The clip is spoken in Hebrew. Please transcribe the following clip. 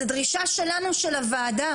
זו דרישה של הוועדה.